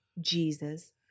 Jesus